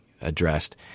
addressed